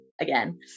again